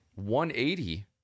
180